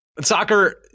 soccer